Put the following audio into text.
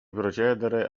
procedere